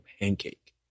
pancake